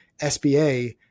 SBA